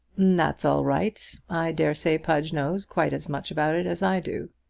that's all right. i dare say pudge knows quite as much about it as i do.